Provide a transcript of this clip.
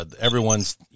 everyone's